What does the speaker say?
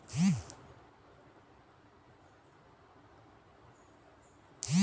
నా ఫోన్ కి ఓ.టీ.పి వస్తలేదు ఏం చేయాలే?